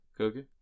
okay